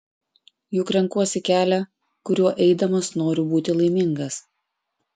juk renkuosi kelią kuriuo eidamas noriu būti laimingas